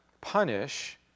punish